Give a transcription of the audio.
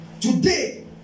Today